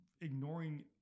ignoring